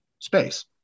space